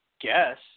guess